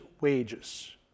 wages